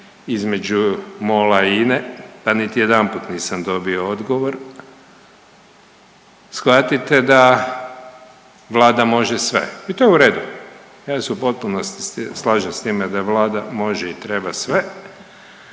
između MOL-a i INA-e, a nijedanput nisam dobio odgovor, shvatite da vlada može sve. I to je u redu, ja se u potpunosti slažem s time da vlada može i treba sve,